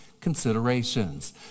considerations